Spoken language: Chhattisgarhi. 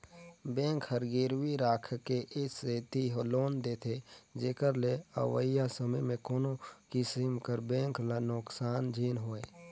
बेंक हर गिरवी राखके ए सेती लोन देथे जेकर ले अवइया समे में कोनो किसिम कर बेंक ल नोसकान झिन होए